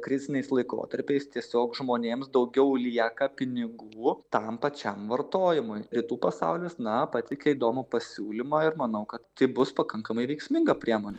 kriziniais laikotarpiais tiesiog žmonėms daugiau lieka pinigų tam pačiam vartojimui rytų pasaulis na patiki įdomų pasiūlymą ir manau kad tai bus pakankamai veiksminga priemonė